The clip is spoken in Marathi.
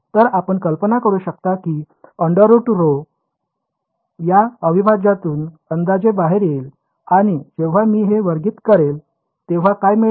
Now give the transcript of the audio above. तर आपन कल्पना करू शकता की हे या अविभाज्यातून अंदाजे बाहेर येईल आणि जेव्हा मी हे वर्गित करेन तेव्हा काय मिळेल